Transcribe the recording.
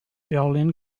berlin